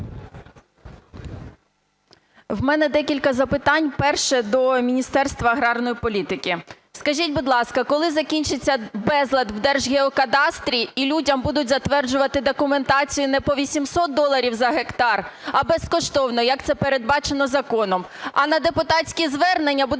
У мене декілька запитань. Перше – до Міністерства аграрної політики. Скажіть, будь ласка, коли закінчиться безлад в Держгеокадастрі і людям будуть затверджувати документацію не по 800 доларів за гектар, а безкоштовно, як це передбачено законом, а на депутатські звернення будуть